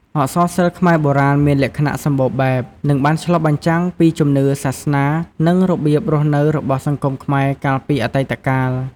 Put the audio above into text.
អក្សរសិល្ប៍ខ្មែរបុរាណមានលក្ខណៈសម្បូរបែប និងបានឆ្លុះបញ្ចាំងពីជំនឿ សាសនា និងរបៀបរស់នៅរបស់សង្គមខ្មែរកាលពីអតីតកាល។